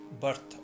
birth